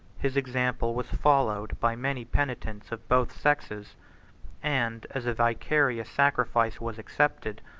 his example was followed by many penitents of both sexes and, as a vicarious sacrifice was accepted,